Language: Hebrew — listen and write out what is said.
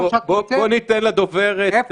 בואו ניתן לדוברת להמשיך.